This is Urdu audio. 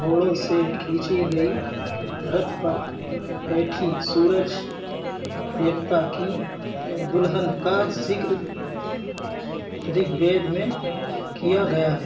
گھوڑوں سے کھیچی گئی رتھ پر بیٹھی سورج دیوتا کی دلہن کا ذکر رگ وید میں کیا گیا ہے